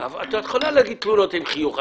את יכולה להגיד תלונות עם חיוך.